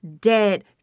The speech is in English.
dead